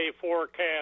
forecast